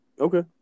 Okay